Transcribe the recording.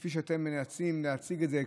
כפי שאתם מנסים להציג אותו,